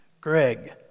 Greg